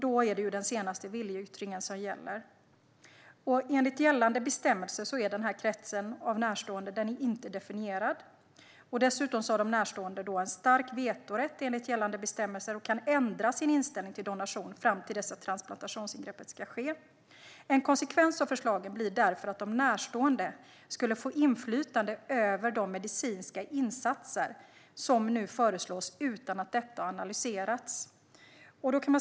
Då är det den senaste viljeyttringen som gäller. Enligt gällande bestämmelser är denna krets av närstående inte definierad. Dessutom har de närstående en stark vetorätt enligt gällande bestämmelser och kan ändra sin inställning till donation fram till dess att transplantationsingreppet ska ske. En konsekvens av förslagen blir därför att de närstående skulle få inflytande över de medicinska insatser som nu föreslås utan att detta har analyserats.